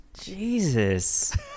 Jesus